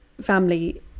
family